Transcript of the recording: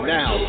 now